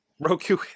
Roku